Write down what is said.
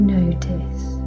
notice